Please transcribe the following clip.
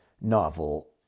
novel